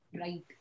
right